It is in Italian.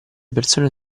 persone